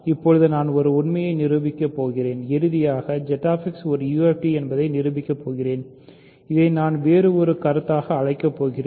இப்போது நான் ஒரு உண்மையை நிரூபிக்கப் போகிறேன் இறுதியாக ZX ஒரு UFD என்பதை நிரூபிக்கப் போகிறேன் இதை நான் வேறு ஒரு கருத்தாக அழைக்கப் போகிறேன்